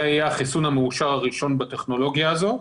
זה יהיה החיסון המאושר הראשון בטכנולוגיה הזאת,